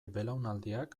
belaunaldiak